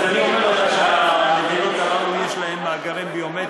אז אני אומר לך שלמדינות האלה יש מאגרים ביומטריים,